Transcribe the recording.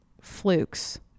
flukes